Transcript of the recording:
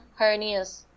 hernias